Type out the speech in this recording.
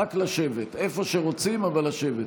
רק לשבת, איפה שרוצים, אבל לשבת.